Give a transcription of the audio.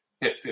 hit